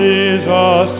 Jesus